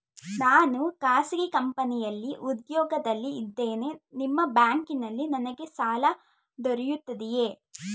ನಾನು ಖಾಸಗಿ ಕಂಪನಿಯಲ್ಲಿ ಉದ್ಯೋಗದಲ್ಲಿ ಇದ್ದೇನೆ ನಿಮ್ಮ ಬ್ಯಾಂಕಿನಲ್ಲಿ ನನಗೆ ಸಾಲ ದೊರೆಯುತ್ತದೆಯೇ?